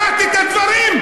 שמעתי את הדברים,